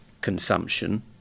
consumption